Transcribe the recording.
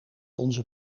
onze